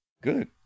Good